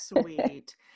sweet